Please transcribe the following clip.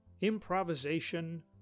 Improvisation